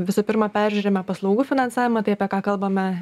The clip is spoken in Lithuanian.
visų pirma peržiūrime paslaugų finansavimą tai apie ką kalbame